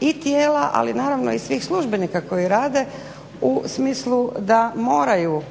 i tijela ali naravno i svih službenika koji rade u smislu da moraju